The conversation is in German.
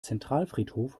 zentralfriedhof